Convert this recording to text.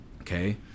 okay